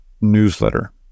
newsletter